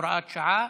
הוראת שעה),